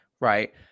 right